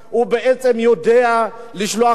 הוא בעצם יודע לשלוח,